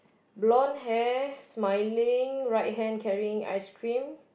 blonde hair smiling right hand carrying ice cream